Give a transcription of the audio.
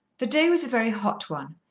the day was a very hot one,